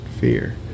fear